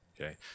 okay